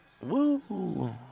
Woo